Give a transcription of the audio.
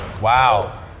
Wow